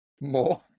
more